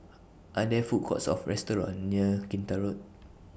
Are There Food Courts Or restaurants near Kinta Road